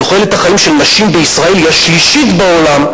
תוחלת החיים של נשים בישראל היא השלישית בעולם,